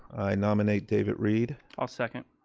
i nominate david reid. i'll second.